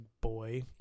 boy